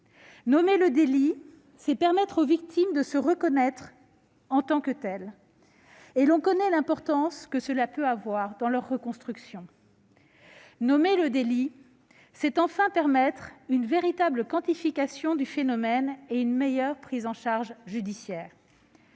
Nommer le délit, c'est permettre aux victimes de se reconnaître en tant que telles- on sait l'importance que cela peut avoir dans leur reconstruction. Nommer le délit, c'est enfin permettre une véritable quantification du phénomène et une meilleure prise en charge judiciaire.